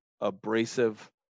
abrasive